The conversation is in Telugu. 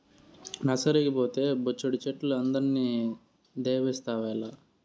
నర్సరీకి పోతే బొచ్చెడు చెట్లు అందరిని దేబిస్తావేల